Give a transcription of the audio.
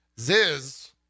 ziz